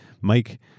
Mike